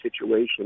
situation